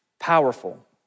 Powerful